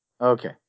Okay